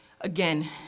again